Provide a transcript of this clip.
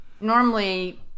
normally